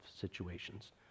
situations